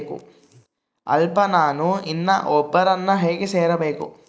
ಅಲ್ಲಪ್ಪ ನಾನು ಇನ್ನೂ ಒಬ್ಬರನ್ನ ಹೇಗೆ ಸೇರಿಸಬೇಕು?